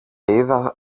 είδα